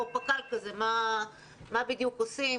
מה בדיוק עושים,